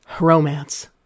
Romance